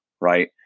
right